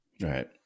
right